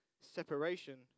separation